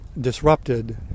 disrupted